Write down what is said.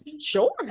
sure